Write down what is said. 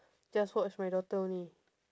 just watch my daughter only